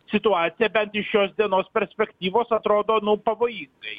situacija bent iš šios dienos perspektyvos atrodo nu pavojingai